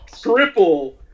Triple